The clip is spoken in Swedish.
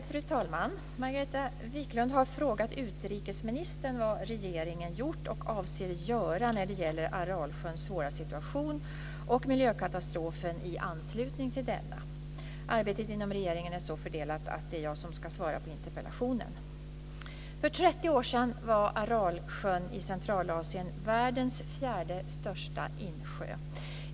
Fru talman! Margareta Viklund har frågat utrikesministern vad regeringen gjort och avser göra när det gäller Aralsjöns svåra situation och miljökatastrofen i anslutning till denna. Arbetet inom regeringen är så fördelat att det är jag som ska svara på interpellationen. För 30 år sedan var Aralsjön i Centralasien världens fjärde största insjö.